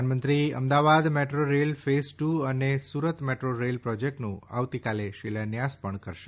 પ્રધાનમંત્રી Ahmedabad metro rail phase two અને Surat metro rail પ્રોજેક્ટનો આવતીકાલે શિલાન્યાસ પણ કરશે